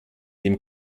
dem